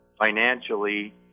financially